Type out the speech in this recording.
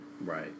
Right